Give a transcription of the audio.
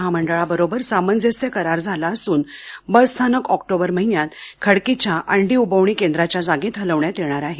महामंडळाबरोबर सामंजस्य करार झाला असून बसस्थानक ऑक्टोबर महिन्यात खडकीच्या अंडी उबवणी केंद्रांच्या जागेत हालवण्यात येणार आहे